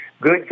good